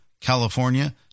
California